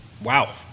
Wow